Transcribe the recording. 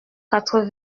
quatre